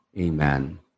Amen